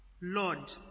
Lord